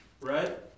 right